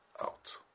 out